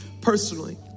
personally